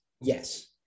Yes